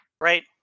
Right